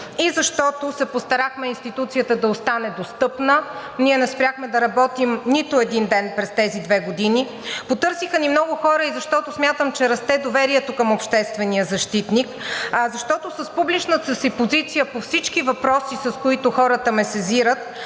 и защото се постарахме институцията да остане достъпна, ние не спряхме да работим нито един ден през тези две години. Потърсиха ни много хора и защото смятам, че расте доверието към обществения защитник, защото с публичната си позиция по всички въпроси, с които хората ме сезират